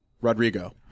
Rodrigo